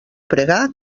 pregar